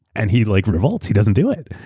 and he like revolts. he doesnaeurt do it.